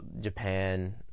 Japan